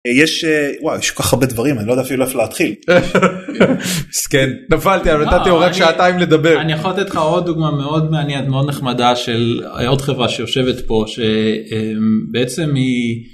יש האאא, וואיי כל כך הרבה דברים אני לא יודע אפילו איך להתחיל. מסכן, נפלתי עליו נתתי לו רק שעתיים לדבר, אני יכול לתת לך עוד דוגמא מאוד מעניינת מאוד נחמדה של עוד חברה שיושבת פה ש.. המממ בעצם היא